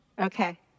Okay